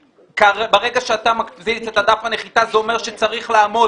ברגע שאתה מביא את דף הנחיתה זה אומר שצריך לעמוד